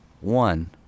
one